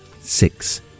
six